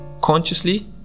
consciously